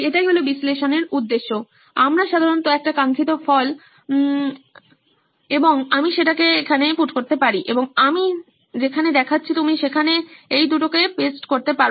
এটাই হলো বিশ্লেষণের উদ্দেশ্য আমার সাধারণত একটা কাঙ্ক্ষিত ফল আছে এবং আমি সেটা সেখানে পুট করতে পারি এবং আমি যেখানে দেখাচ্ছি তুমি সেখানে এই দুটোকে পেস্ট করতে পারো